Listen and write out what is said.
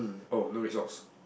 oh no red socks